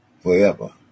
forever